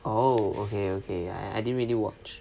oh okay okay I didn't really watch